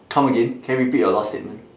come again can you repeat your last statement